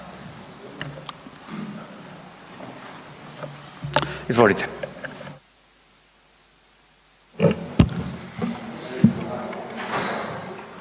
izvolite.